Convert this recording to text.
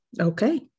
Okay